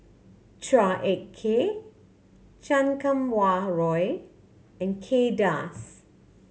Chua Ek Kay Chan Kum Wah Roy and Kay Das